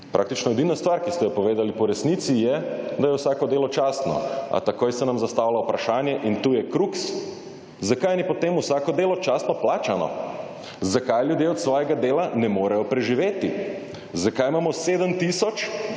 Praktično edina stvar, ki ste jo povedali po resnici, je, da je vsako delo častno. A takoj se nam zastavlja vprašanje, in tu je kruks, zakaj ni potem vsako delo častno plačano. Zakaj ljudje od svojega dela ne morejo preživeti? Zakaj imamo 7